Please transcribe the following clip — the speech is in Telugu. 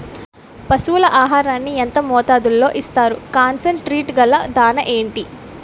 పశువుల ఆహారాన్ని యెంత మోతాదులో ఇస్తారు? కాన్సన్ ట్రీట్ గల దాణ ఏంటి?